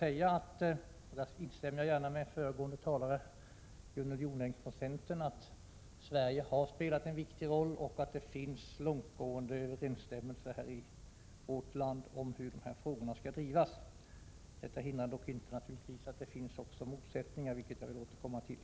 Jag instämmer gärna med föregående talare, Gunnel Jonäng från centern, att Sverige har spelat en viktig roll och att det finns långtgående överensstämmelser i uppfattningarna i vårt land om hur dessa frågor skall drivas. Det hindrar naturligtvis inte att det också finns motsättningar, vilket jag vill återkomma till.